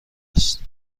است